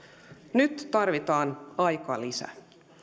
nyt tarvitaan aikalisä